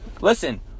Listen